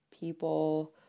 people